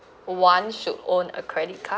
one should own a credit card